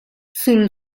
sul